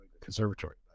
conservatory